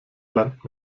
land